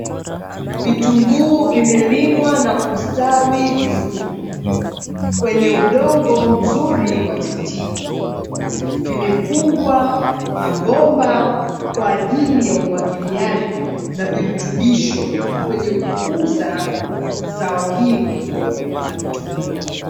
Vitunguu vimelimwa na kustawi vizuri, kwenye udongo mzuri wa tiftifu. Vimefungwa mabomba kwa ajili ya umwagiliaji na virutubisho, kwenye kukuza zao hili la vitunguu.